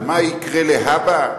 על מה יקרה להבא?